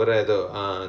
ya